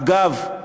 אגב,